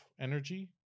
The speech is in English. energy